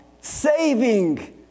saving